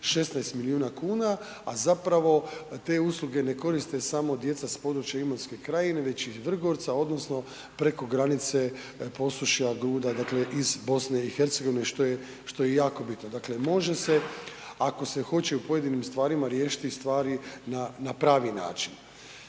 16 milijuna kuna, a zapravo te usluge ne koriste samo djeca s područja Imotske krajine, već i iz Vrgorca odnosno preko granice Posušja, Gruda, dakle iz BiH, što je jako bitno, dakle može se ako se hoće u pojedinim stvarima riješiti stvari na pravi način.